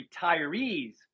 retirees